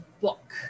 book